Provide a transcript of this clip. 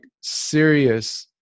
serious